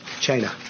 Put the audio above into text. China